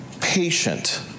patient